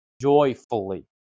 joyfully